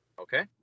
Okay